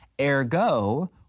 Ergo